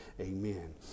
Amen